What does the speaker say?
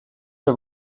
que